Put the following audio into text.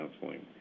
counseling